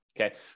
Okay